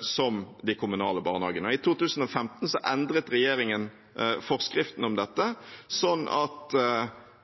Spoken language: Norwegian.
som de kommunale barnehagene. I 2015 endret regjeringen forskriften om dette, sånn at